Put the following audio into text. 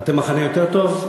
אתם מחנה יותר טוב?